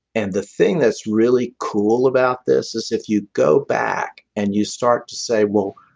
and the thing that's really cool about this is if you go back and you start to say, well,